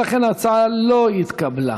הממשלה, ולכן ההצעה לא התקבלה.